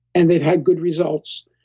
and they've had good results,